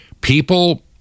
People